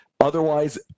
Otherwise